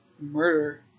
murder